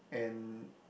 and